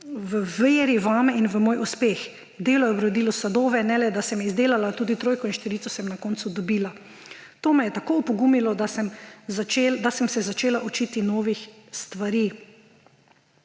v veri vame in v moj uspeh. Delo je obrodilo sadove. Ne le, da sem izdelala, tudi trojko in štirico sem na koncu dobila. To me je tako opogumilo, da sem se začela učiti novih stvari.«